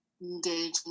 Engaging